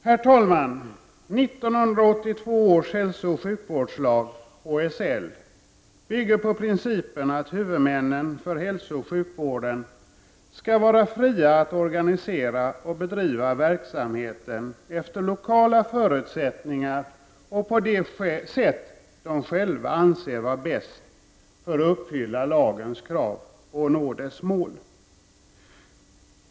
Herr talman! ”1982 års hälsooch sjukvårdslag bygger på principen att huvudmännen för hälsooch sjukvården ska vara fria att organisera och bedriva verksamheten efter lokala förutsättningar och på det sätt de själva anser vara bäst för att uppfylla lagens krav och nå dess mål.